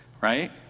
Right